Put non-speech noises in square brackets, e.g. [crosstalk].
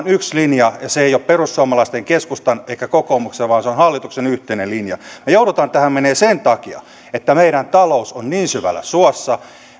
[unintelligible] yksi linja ja se ei ole perussuomalaisten keskustan eikä kokoomuksen vaan se on hallituksen yhteinen linja me joudumme tähän menemään sen takia että meidän talous on niin syvällä suossa